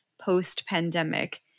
post-pandemic